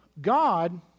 God